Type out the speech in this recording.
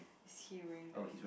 is he wearing green